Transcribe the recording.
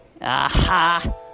Aha